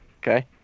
Okay